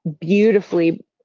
beautifully